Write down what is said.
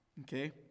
Okay